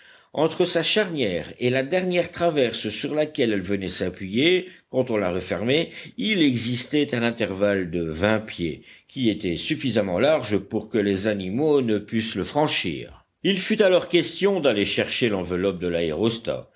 entre sa charnière et la dernière traverse sur laquelle elle venait s'appuyer quand on la refermait il existait un intervalle de vingt pieds qui était suffisamment large pour que les animaux ne pussent le franchir il fut alors question d'aller chercher l'enveloppe de l'aérostat